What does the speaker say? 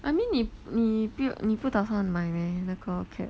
I mean 你你不你不打算买咩那个 cap